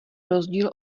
rozdíl